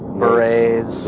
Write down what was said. berets.